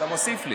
אתה מוסיף לי.